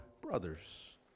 brothers